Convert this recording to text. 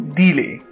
delay